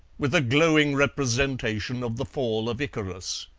with a glowing representation of the fall of icarus.